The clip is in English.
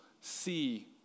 see